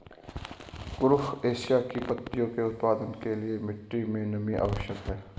कुरुख एशिया की पत्तियों के उत्पादन के लिए मिट्टी मे नमी आवश्यक है